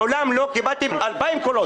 מעולם לא קבלתם 2,000 קולות.